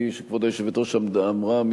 כפי שכבוד היושבת-ראש אמרה,